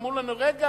אמרו לנו: רגע,